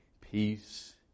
Peace